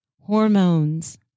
hormones